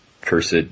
cursed